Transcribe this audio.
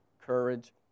courage